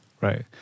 Right